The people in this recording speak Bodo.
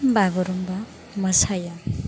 बागुरुम्बा मोसायो